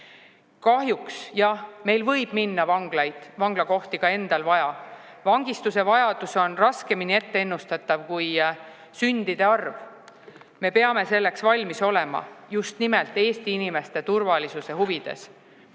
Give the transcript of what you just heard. Kahjuks jah, meil võib minna vanglaid, vanglakohti ka endal vaja. Vangistuse vajadus on raskemini ennustatav kui sündide arv. Me peame selleks valmis olema just nimelt Eesti inimeste turvalisuse huvides.